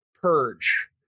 purge